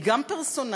היא גם פרסונלית.